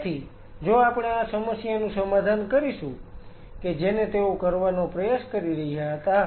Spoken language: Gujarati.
તેથી જો આપણે આ સમસ્યાનું સમાધાન કરીશું કે જેને તેઓ કરવાનો પ્રયાસ કરી રહ્યા હતા